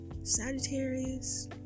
Sagittarius